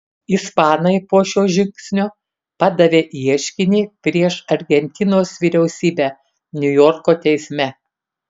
ispanai po šio žingsnio padavė ieškinį prieš argentinos vyriausybę niujorko teisme